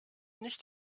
nicht